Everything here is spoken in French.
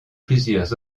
plusieurs